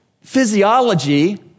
physiology